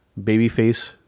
babyface